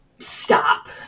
stop